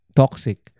toxic